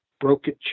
broken